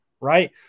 right